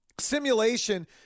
simulation